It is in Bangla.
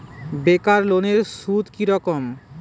বেকার লোনের সুদ কি রকম?